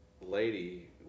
lady